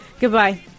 Goodbye